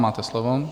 Máte slovo.